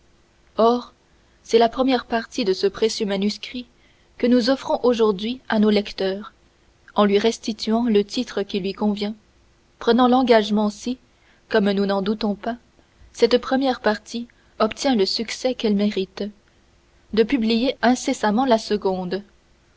or c'est la première partie de ce précieux manuscrit que nous offrons aujourd'hui à nos lecteurs en lui restituant le titre qui lui convient prenant l'engagement si comme nous n'en doutons pas cette première partie obtient le succès qu'elle mérite de publier incessamment la seconde